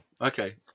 okay